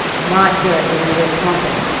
not good you're going to get clumping.